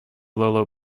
lolo